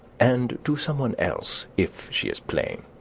and to some one else, if she is plain.